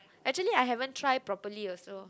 actually I haven't try properly also